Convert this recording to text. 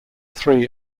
three